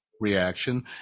reaction